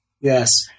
Yes